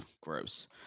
gross